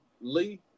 Lee